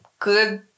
Good